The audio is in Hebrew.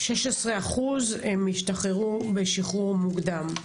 16% השתחררו בשחרור מוקדם.